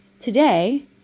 today